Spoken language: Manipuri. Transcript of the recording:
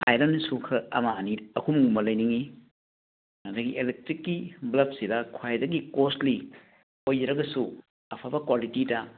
ꯑꯥꯏꯔꯟꯁꯨ ꯈꯔ ꯑꯃ ꯑꯅꯤ ꯑꯍꯨꯝꯒꯨꯝꯕ ꯂꯩꯅꯤꯡꯏ ꯑꯗꯨꯗꯒꯤ ꯏꯂꯦꯛꯇ꯭ꯔꯤꯛꯀꯤ ꯕ꯭ꯂꯕꯁꯤꯗ ꯈ꯭ꯋꯥꯏꯗꯒꯤ ꯀꯣꯁꯂꯤ ꯑꯣꯏꯖꯔꯒꯁꯨ ꯑꯐꯕ ꯀ꯭ꯋꯥꯂꯤꯇꯤꯗ